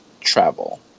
travel